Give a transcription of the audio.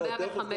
ב-105.